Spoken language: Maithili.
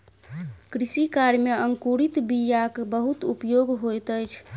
कृषि कार्य में अंकुरित बीयाक बहुत उपयोग होइत अछि